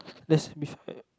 there's b~